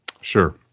Sure